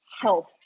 health